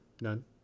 None